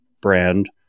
brand